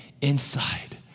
inside